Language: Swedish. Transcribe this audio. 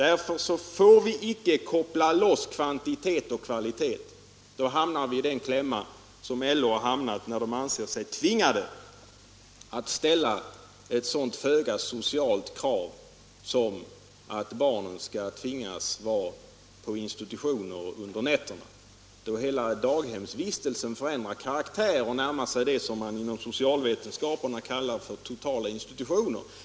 Vi får icke koppla isär kvantitet och kvalitet, för då hamnar vi i den klämma som LO har hamnat i när man ansett sig nödsakad att ställa ett så föga socialt krav som att barnen skall tvingas vara på institutioner under nätterna. Hela daghemsvistelsen ändrar då karaktär och närmar sig det som man inom socialvetenskaperna kallar för totala institutioner.